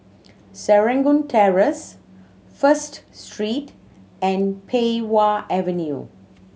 Serangoon Terrace First Street and Pei Wah Avenue